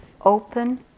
open